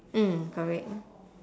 mm correct